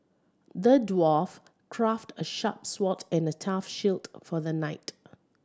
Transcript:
the dwarf crafted a sharp sword and a tough shield for the knight